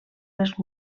les